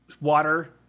water